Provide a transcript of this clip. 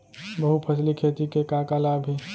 बहुफसली खेती के का का लाभ हे?